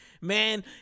Man